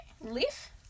Leaf